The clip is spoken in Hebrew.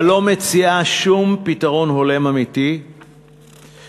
אבל לא מציעה שום פתרון הולם אמיתי להתמודד